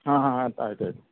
ಹಾಂ ಹಾಂ ಆತು ಆಯ್ತು ಆಯ್ತು